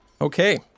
Okay